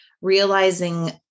realizing